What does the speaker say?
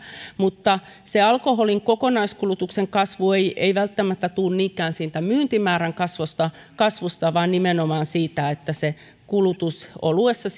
mutta alkoholin kokonaiskulutuksen kasvu ei ei välttämättä tule niinkään myyntimäärän kasvusta vaan nimenomaan siitä että kulutus oluessa